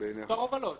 מספר הובלות.